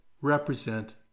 represent